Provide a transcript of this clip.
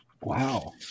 Wow